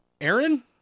aaron